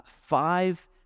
five